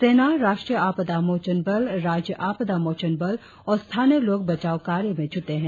सेना राष्ट्रीय आपदा मोचन बल राज्य आपदा मोचन बल और स्थानीय लोग बचाव कार्य में जूटे हैं